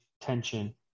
tension